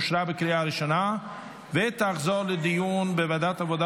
אושרה בקריאה הראשונה ותחזור לדיון בוועדת העבודה